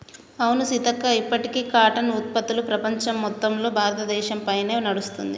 అవును సీతక్క ఇప్పటికీ కాటన్ ఉత్పత్తులు ప్రపంచం మొత్తం భారతదేశ పైనే నడుస్తుంది